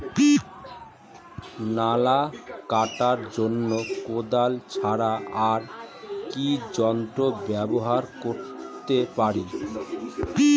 নালা কাটার জন্য কোদাল ছাড়া আর কি যন্ত্র ব্যবহার করতে পারি?